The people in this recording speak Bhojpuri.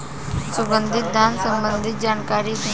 सुगंधित धान संबंधित जानकारी दी?